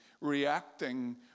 reacting